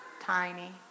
tiny